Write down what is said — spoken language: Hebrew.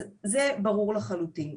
אז זה ברור לחלוטין.